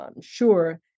sure